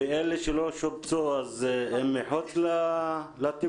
ואלה שלא שובצו הם מחוץ לטיפול?